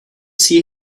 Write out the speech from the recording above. see